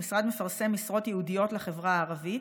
המשרד מפרסם משרות ייעודיות לחברה הערבית.